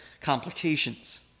complications